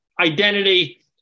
identity